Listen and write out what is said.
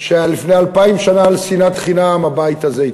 כשלפני אלפיים שנה על שנאת חינם הבית הזה התרסק.